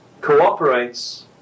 cooperates